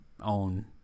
own